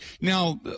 now